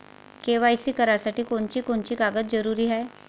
KYC करासाठी कोनची कोनची कागद जरुरी हाय?